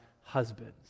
husbands